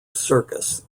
circus